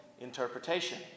interpretation